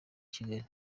kigali